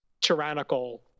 tyrannical